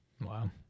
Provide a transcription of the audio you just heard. Wow